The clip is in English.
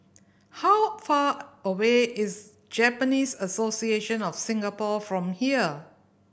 how far away is Japanese Association of Singapore from here